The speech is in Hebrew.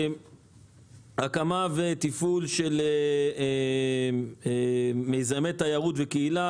הקמה ותפעול של מיזמי תיירות וקהילה,